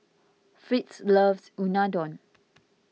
Fritz loves Unadon